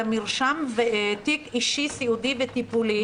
במרשם ותיק אישי סיעודי וטיפולי.